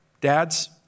Dads